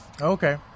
Okay